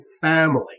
family